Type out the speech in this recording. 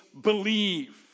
believe